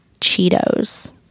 Cheetos